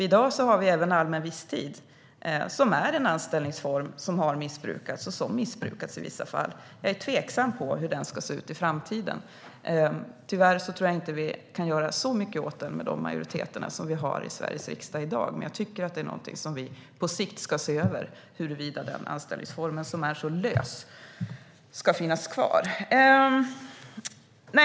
I dag har vi även allmän visstid, som är en anställningsform som har missbrukats och som missbrukas i vissa fall. Jag är tveksam när det gäller hur den ska se ut i framtiden. Tyvärr tror jag inte att vi kan göra så mycket åt den med de majoriteter vi har i Sveriges riksdag i dag, men jag tycker att vi på sikt ska se över huruvida denna anställningsform, som är så lös, ska finnas kvar.